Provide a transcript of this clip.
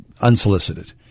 unsolicited